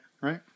right